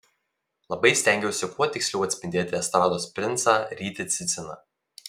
labai stengiausi kuo tiksliau atspindėti estrados princą rytį ciciną